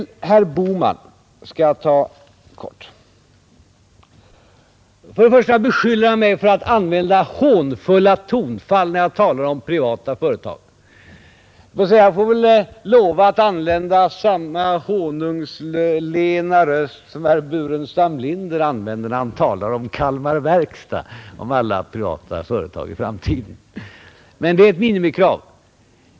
Om herr Bohman skall jag fatta mig kort. Han beskyllde mig för att använda hånfulla tonfall när jag talar om privata företag. Jag får väl lova att i framtiden använda samma honungslena röst om alla privatföretag som herr Burenstam Linder använder när han talar om Kalmar verkstad. Men det är ett minimikrav.